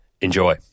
Enjoy